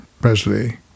Presley